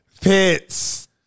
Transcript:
Pitts